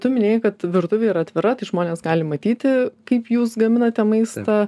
tu minėjai kad virtuvė yra atvira tai žmonės gali matyti kaip jūs gaminate maistą